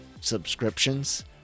subscriptions